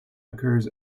occurs